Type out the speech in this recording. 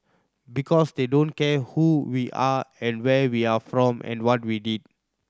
because they don't care who we are and where we are from and what we did